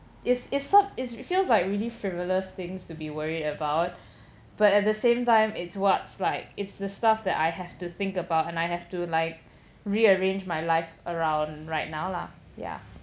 it's it's so it feels like really frivolous things to be worried about but at the same time it's what's like it's the stuff that I have to think about and I have to like rearrange my life around right now lah ya